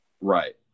Right